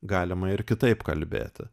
galima ir kitaip kalbėti